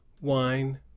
wine